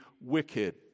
wicked